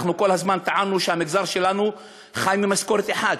כל הזמן טענו שהמגזר שלנו חי ממשכורת אחת,